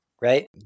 right